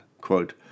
Quote